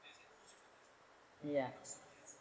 ya